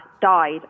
died